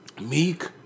meek